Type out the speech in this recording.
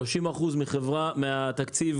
30% מהתקציב,